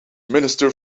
minister